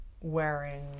wearing